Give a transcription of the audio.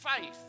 faith